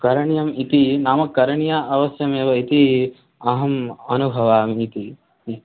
करणियम् इति नाम करणियम् अवश्यमेव इति अहम् अनुभवामि इति ह्म्